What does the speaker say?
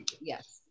Yes